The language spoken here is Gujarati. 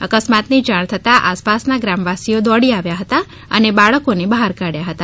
અકસ્માતની જાણ થયા આસપાસના ગ્રામવાસીઓ દોડી આવ્યા હતા અને બાળકોને બહાર કાઢ્યા હતા